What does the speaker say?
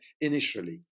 initially